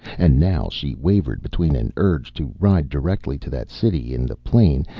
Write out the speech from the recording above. and now she wavered between an urge to ride directly to that city in the plain,